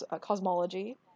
cosmology